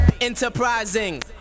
enterprising